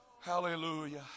Hallelujah